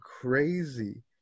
crazy